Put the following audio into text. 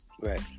Right